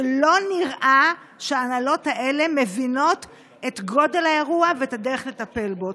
שלא נראה שההנהלות האלה מבינות את גודל האירוע ואת הדרך לטפל בו.